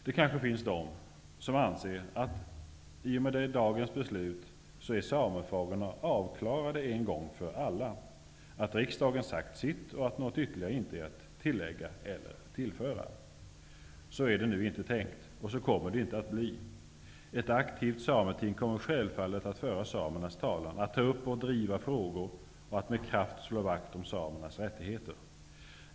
Det finns kanske de som anser att samefrågorna i och med dagens beslut blir avklarade en gång för alla genom att riksdagen har sagt sitt och att inget finns att tillföra. Så är det inte tänkt. Så kommer det inte heller att bli. Ett aktivt sameting kommer självfallet att föra samernas talan, ta upp och driva frågor och med kraft slå vakt om samernas rättigheter.